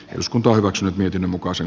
eduskunta hyväksyi mietinnön mukaisen